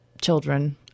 children